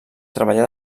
treballà